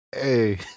Hey